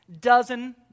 dozen